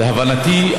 להבנתי,